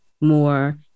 more